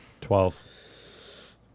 Twelve